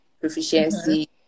proficiency